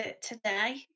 today